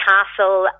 Castle